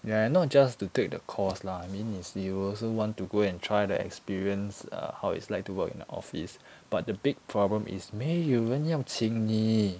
ya and not just to take the course lah I mean you also want to go and try the experience err how it's like to work in a office but the big problem is 没有人要请你